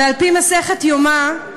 ועל פי מסכת יומא,